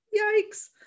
Yikes